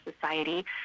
society